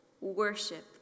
worship